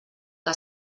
que